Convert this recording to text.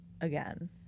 again